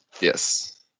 Yes